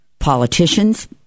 Politicians